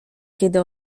kiedy